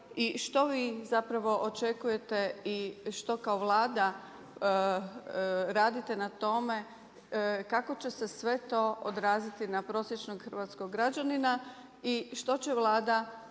čega i što očekujete i što kao Vlada radite na tome kako će se sve to odraziti na prosječnog hrvatskog građanina i što će Vlada